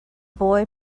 boy